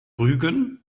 rügen